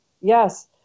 Yes